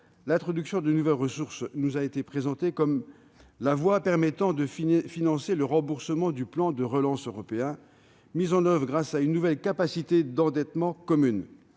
l'introduction de nouvelles ressources nous a été présentée comme la voie permettant de financer le remboursement du plan de relance européen, mis en oeuvre grâce à une nouvelle capacité d'endettement commune.